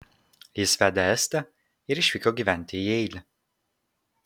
jis vedė estę ir išvyko gyventi į jeilį